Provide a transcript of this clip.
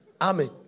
Amen